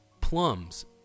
plums